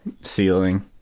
ceiling